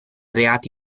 reati